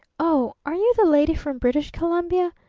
oh, are you the lady from british columbia?